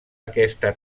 aquesta